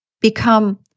become